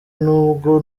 n’ubwo